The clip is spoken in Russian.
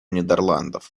нидерландов